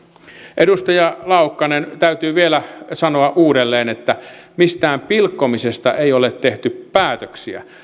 edustaja laukkanen täytyy vielä sanoa uudelleen että mistään pilkkomisesta ei ole tehty päätöksiä